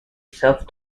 self